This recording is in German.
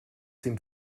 sind